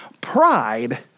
Pride